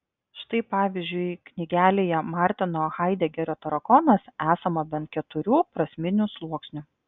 štai pavyzdžiui knygelėje martino haidegerio tarakonas esama bent keturių prasminių sluoksnių